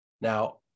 Now